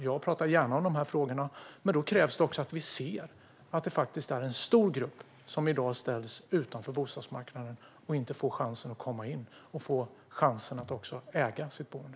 Jag talar gärna om dessa frågor, men det krävs att vi ser att det faktiskt är en stor grupp som i dag ställs utanför bostadsmarknaden och som inte får chansen att komma in och att äga sitt boende.